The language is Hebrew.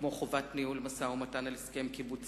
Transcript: כמו חובת ניהול משא-ומתן על הסכם קיבוצי,